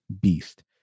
beast